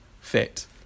fit